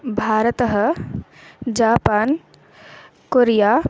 भारतम् Japan Korea